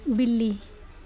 बिल्ली